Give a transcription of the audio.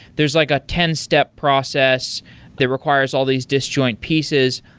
there's like a ten step process that requires all these disjoint pieces.